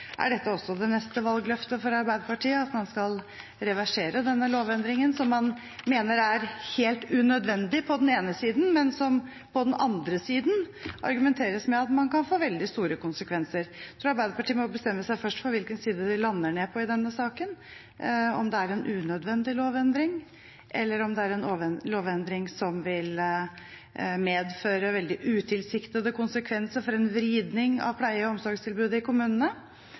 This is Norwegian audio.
Er dette en lovendring som Arbeiderpartiet går til valg på å reversere i 2017? De har jo lovet at hvis de kommer tilbake til regjeringskontorene i 2017, kommer de til å reversere ordningen med fritt behandlingsvalg. Er det neste valgløftet fra Arbeiderpartiet at man også skal reversere denne lovendringen, som man på den ene siden mener er helt unødvendig, men som det på den andre siden argumenteres med at kan få veldig store konsekvenser? Arbeiderpartiet må først bestemme seg på hvilken side de lander ned på i denne saken, om det er en